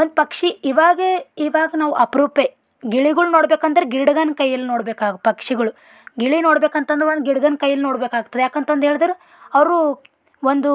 ಒಂದು ಪಕ್ಷಿ ಈವಾಗ ಈವಾಗ ನಾವು ಅಪ್ರೂಪ ಗಿಳಿಗಳು ನೋಡ್ಬೇಕು ಅಂದರೆ ಗಿಡುಗನ ಕೈಯಲ್ಲಿ ನೋಡ್ಬೇಕು ಆ ಪಕ್ಷಿಗಳು ಗಿಳಿ ನೋಡ್ಬೇಕು ಅಂತಂದು ಒಂದು ಗಿಡುಗನ ಕೈಲಿ ನೋಡ್ಬೇಕಾಗ್ತದೆ ಯಾಕೆ ಅಂತಂದು ಹೇಳದ್ರೆ ಅವರು ಒಂದು